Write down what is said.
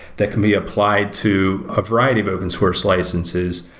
that can be applied to a variety of open-source licenses,